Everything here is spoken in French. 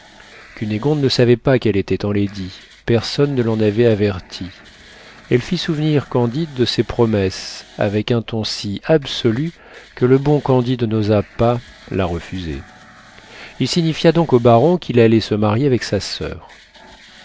cunégonde ne savait pas qu'elle était enlaidie personne ne l'en avait avertie elle fit souvenir candide de ses promesses avec un ton si absolu que le bon candide n'osa pas la refuser il signifia donc au baron qu'il allait se marier avec sa soeur